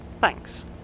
Thanks